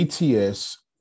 ATS